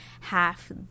half